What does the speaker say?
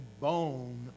bone